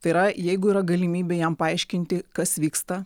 tai yra jeigu yra galimybė jam paaiškinti kas vyksta